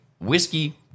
whiskey